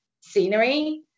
scenery